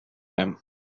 him